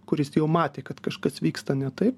kuris jau matė kad kažkas vyksta ne taip